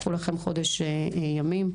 קחו לכם חודש ימים,